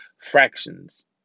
fractions